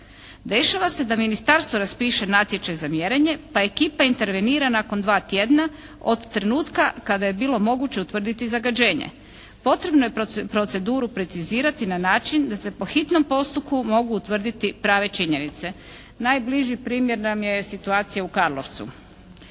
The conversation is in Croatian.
Dešava se da ministarstvo raspiše natječaj za mjerenje pa ekipa intervenira nakon dva tjedna od trenutka kada je bilo moguće utvrditi zagađenje. Potrebno je proceduru precizirati na način da se po hitnom postupku mogu utvrditi prave činjenice. Najbliži primjer nam je situacija u Karlovcu.